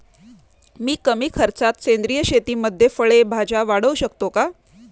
मी कमी खर्चात सेंद्रिय शेतीमध्ये फळे भाज्या वाढवू शकतो का?